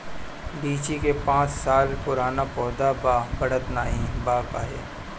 लीची क पांच साल पुराना पौधा बा बढ़त नाहीं बा काहे?